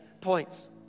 points